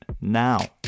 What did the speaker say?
now